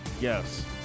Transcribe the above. Yes